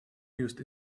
used